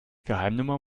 geheimnummer